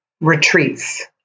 retreats